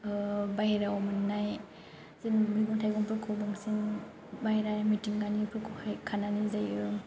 बायह्रायाव मोननाय जोंनि मैगं थाइगंफोरखौ बांसिन बायनाय मिथिंगानिफोरखौ हाय खानानै जायो